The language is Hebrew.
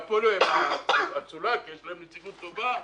והפוליו הם האצולה כי יש להם נציגות טובה.